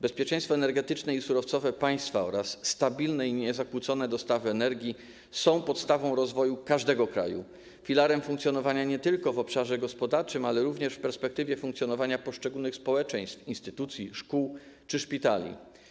Bezpieczeństwo energetyczne i surowcowe państwa oraz stabilne i niezakłócone dostawy energii są podstawą rozwoju każdego kraju, filarem funkcjonowania nie tylko w obszarze gospodarczym, ale również w perspektywie funkcjonowania poszczególnych społeczeństw, instytucji, szkół czy szpitali.